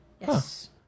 Yes